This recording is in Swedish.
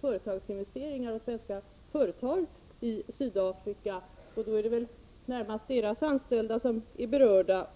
företagsinvesteringar och svenska företag i Sydafrika, och det är väl närmast deras anställda som är berörda.